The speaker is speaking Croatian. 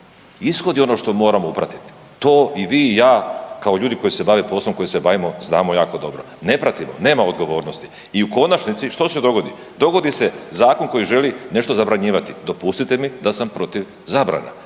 Ishod je ono što moramo upratit. To i vi i ja kao ljudi koji se bave poslom koji se bavimo znamo jako dobro. Ne pratimo, nema odgovornosti i u konačnici što se dogodi? Dogodi se zakon koji želi nešto zabranjivati. Dopustite mi da sam protiv zabrana